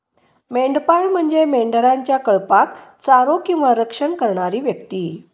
मेंढपाळ म्हणजे मेंढरांच्या कळपाक चारो किंवा रक्षण करणारी व्यक्ती